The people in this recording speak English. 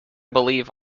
believe